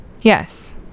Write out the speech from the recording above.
yes